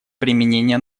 применение